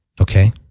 Okay